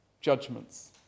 judgments